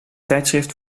tijdschrift